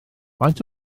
faint